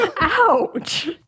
Ouch